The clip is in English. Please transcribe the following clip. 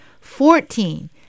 Fourteen